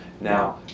Now